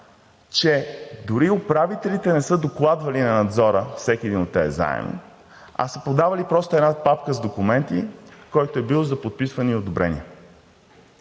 че дори управителите не са докладвали на Надзора всеки един от тези заеми, а са подавали просто една папка с документи, който е бил за подписване и одобрение.